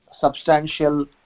substantial